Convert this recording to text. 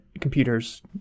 computers